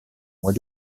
mois